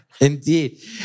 indeed